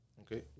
Okay